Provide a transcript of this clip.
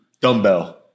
Dumbbell